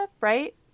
Right